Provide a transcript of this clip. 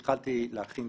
כך אני מבין.